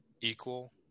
equal